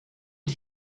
did